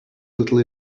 little